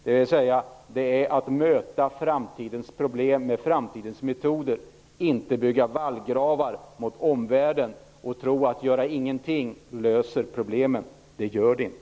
Det är att möta framtidens problem med framtidens metoder, inte att bygga vallgravar mot omvärlden och tro att göra ingenting löser problemen. Det gör det inte.